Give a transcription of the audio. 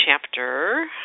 chapter